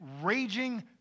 raging